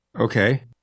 Okay